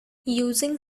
using